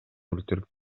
өлтүрүп